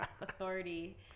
authority